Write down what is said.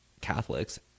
Catholics